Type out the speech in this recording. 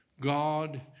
God